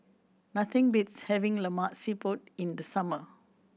nothing beats having Lemak Siput in the summer